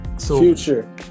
Future